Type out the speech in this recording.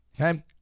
Okay